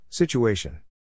Situation